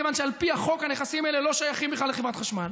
כיוון שעל פי החוק הנכסים האלה לא שייכים בכלל לחברת החשמל.